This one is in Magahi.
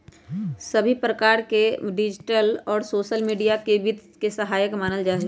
सभी प्रकार से डिजिटल और सोसल मीडिया के वित्त के सहायक मानल जाहई